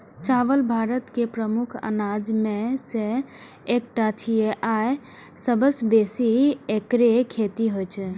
चावल भारत के प्रमुख अनाज मे सं एकटा छियै आ सबसं बेसी एकरे खेती होइ छै